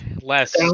less